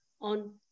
on